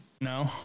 No